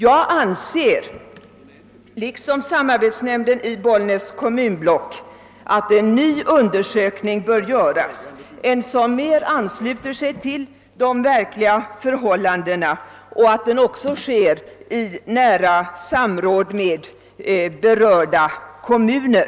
Jag anser liksom samarbetsnämnden i Bollnäs kommunblock att en ny undersökning bör göras, en undersökning som mera ansluter sig till de verkliga förhållandena och som sker i nära samråd med berörda kommuner.